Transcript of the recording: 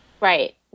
Right